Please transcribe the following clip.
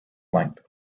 length